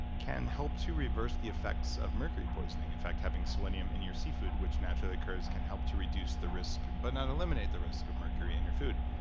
can help to reverse the effects of mercury poisoning. if fact, having selenium in your seafood which naturally occurs can help to reduce the risk, but not eliminate the risk of mercury in your food.